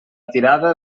tirada